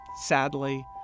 sadly